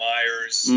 Myers